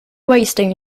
wasting